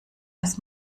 dass